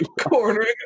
cornering